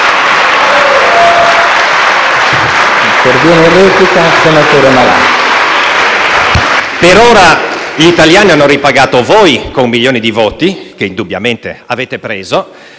per ora gli italiani hanno ripagato voi con milioni di voti, che indubbiamente avete preso,